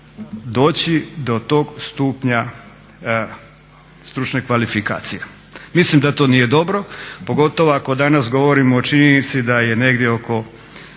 doći do tog stupnja stručne kvalifikacije. Mislim da to nije dobro pogotovo ako danas govorimo o činjenici da je negdje oko